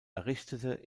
errichtete